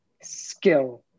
skill